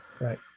Right